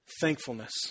thankfulness